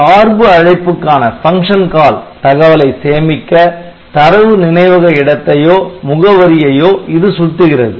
சார்பு அழைப்புக்கான தகவலை சேமிக்க தரவு நினைவக இடத்தையோ முகவரியையோ இது சுட்டுகிறது